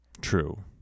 true